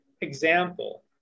example